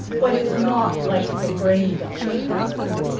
but it's not like the braindump kind of thing.